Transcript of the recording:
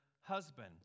husband